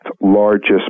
largest